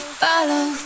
follow